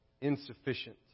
insufficient